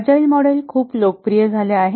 agile model खूप लोकप्रिय झाले आहे